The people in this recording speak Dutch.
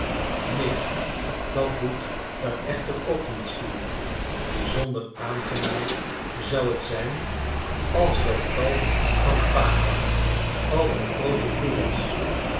neen dat doet er echter ook niets toe bizonder aangenaam zou het zijn als dat kalf van pawa al een groote koe was